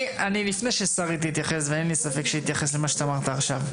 לפני ששרי תתייחס ואין לי ספק שהיא תתייחס למה שאתה אמרת עכשיו.